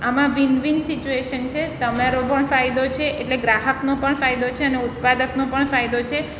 આમાં win win situation છે તમારો પણ ફાયદો છે એટલે ગ્રાહકનો પણ ફાયદો છે ને ઉત્પાદકનો પણ ફાયદો છે